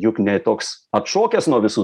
juk ne toks atšokęs nuo visų